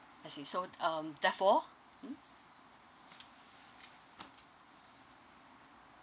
I see so um therefore mm